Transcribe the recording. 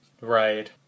Right